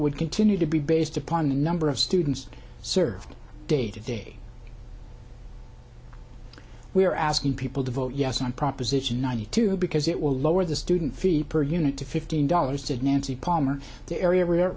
would continue to be based upon the number of students served day to day we are asking people to vote yes on proposition ninety two because it will lower the student fee per unit to fifteen dollars to nancy palmer the area w